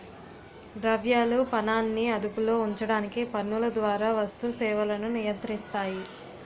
ద్రవ్యాలు పనాన్ని అదుపులో ఉంచడానికి పన్నుల ద్వారా వస్తు సేవలను నియంత్రిస్తాయి